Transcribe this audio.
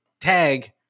tag